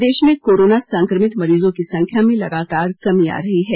प्रदेश में कोरोना संक्रमित मरीजों की संख्या में लगातार कमी आ रही है